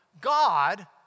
...God